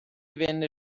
venne